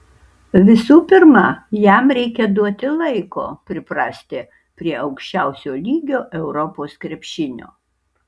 visų pirma jam reikia duoti laiko priprasti prie aukščiausio lygio europos krepšinio